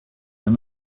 and